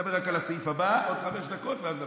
אדבר רק על הסעיף הבא עוד חמש דקות, ואז נמשיך.